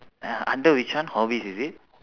uh under which one hobbies is it